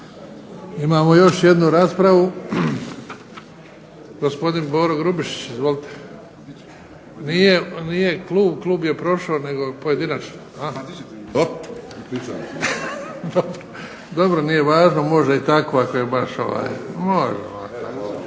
Imamo još jednu raspravu. Gospodin Boro Grubišić. Izvolite. Nije klub. Klub je prošao nego pojedinačno. Dobro, nije važno. Može i tako ako je baš. Može,